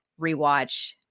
rewatch